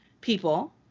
people